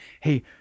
hey